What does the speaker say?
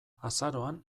azaroan